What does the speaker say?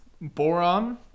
boron